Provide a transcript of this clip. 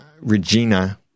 Regina